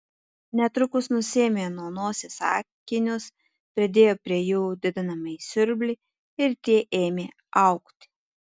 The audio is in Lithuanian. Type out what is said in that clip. netrukus nusiėmė nuo nosies akinius pridėjo prie jų didinamąjį siurblį ir tie ėmė augti